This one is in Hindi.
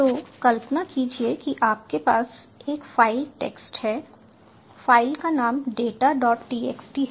तो कल्पना कीजिए कि आपके पास एक फ़ाइल टेक्स्ट है फ़ाइल का नाम डेटा datatxt है